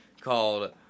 called